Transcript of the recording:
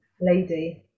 lady